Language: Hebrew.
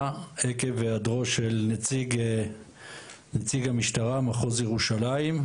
עקב העדרו של נציג המשטרה מחוז ירושלים,